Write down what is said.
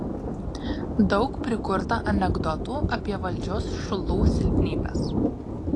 daug prikurta anekdotų apie valdžios šulų silpnybes